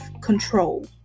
control